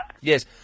Yes